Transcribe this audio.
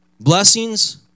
Blessings